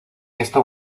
esta